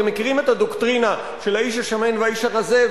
אתם מכירים את הדוקטרינה של האיש השמן והאיש הרזה,